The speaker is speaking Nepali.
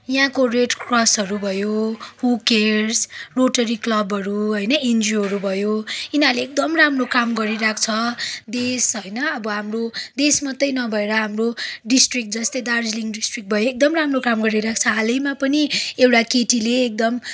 यहाँको रेड क्रसहरू भयो हु केयर्स रोटरी क्लबहरू होइन एनजियोहरू भयो यिनीहरूले एकदम राम्रो काम गरिरहेको छ देश होइन अब हाम्रो देश मात्रै नभएर हाम्रो डिस्ट्रिक्ट जस्तै दार्जिलिङ डिस्ट्रिक्ट भयो एकदम राम्रो काम गरिरहेको छ हालैमा पनि एउटा केटीले एकदम